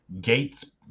Gates